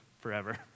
forever